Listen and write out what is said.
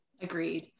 agreed